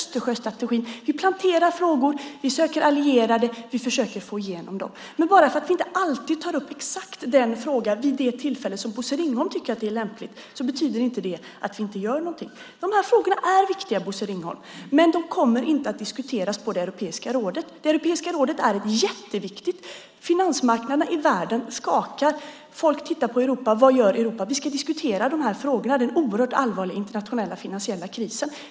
Vi planterar frågor, vi söker allierade och vi försöker få igenom saker. Bara för att vi inte alltid tar upp exakt den fråga som Bosse Ringholm tycker är lämplig vid det tillfälle som Bosse Ringholm tycker är lämpligt betyder inte det att vi inte gör någonting. De här frågorna är viktiga, Bosse Ringholm, men de kommer inte att diskuteras vid Europeiska rådet. Europeiska rådet är jätteviktigt. Finansmarknaderna i världen skakar. Folk tittar på Europa för att se vad Europa gör. Vi ska diskutera de här frågorna, bland annat den oerhört allvarliga internationella finansiella krisen.